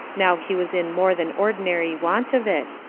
now he was in more than ordinary want of it,